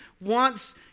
wants